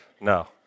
No